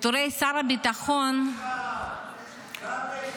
פיטורי שר הביטחון ------ חברים,